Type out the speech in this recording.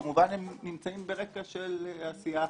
כמובן נמצאים ברקע של עשייה